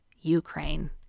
Ukraine